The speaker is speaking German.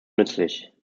nützlich